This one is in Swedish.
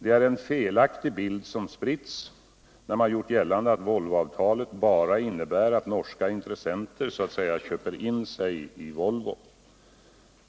Det är en felaktig bild som spritts, när man gjort gällande att Volvoavtalet bara innebär att norska intressenter så att säga köper in sig i Volvo.